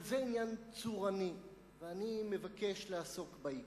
אבל זה עניין צורני ואני מבקש לעסוק בעיקר.